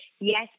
Yes